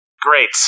Great